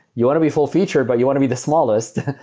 you want to be full-featured, but you want to be the smallest.